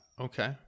Okay